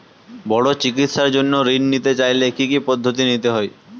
বড় চিকিৎসার জন্য ঋণ নিতে চাইলে কী কী পদ্ধতি নিতে হয়?